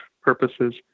purposes